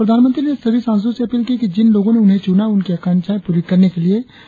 प्रधानमंत्री ने सभी सासदो से अपील की कि जिन लोगो ने उन्हें चुना है उनकी आकांक्षाए पूरी करने के लिए मिलकर काम करें